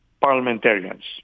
parliamentarians